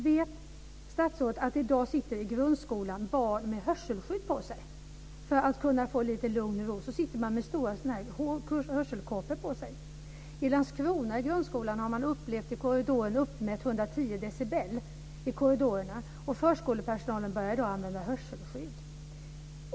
Vet statsrådet att det i dag sitter barn i grundskolan med hörselskydd på sig? För att de ska kunna få lite lugn och ro sitter de med stora hörselkåpor på sig. I grundskolan i Landskrona har man uppmätt 110 decibel i korridorerna. Och förskolepersonalen börjar i dag använda hörselskydd.